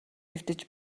хэвтэж